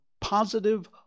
positive